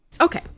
Okay